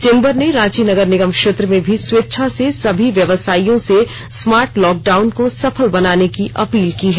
chamber ने रांची नगर निगम क्षेत्र में भी स्वेच्छा से सभी व्यवसायियों से स्मार्ट लॉकडाउन को सफल बनाने की अपील की हैं